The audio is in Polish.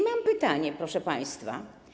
Mam pytanie, proszę państwa.